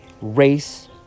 race